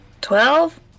Twelve